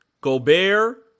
Gobert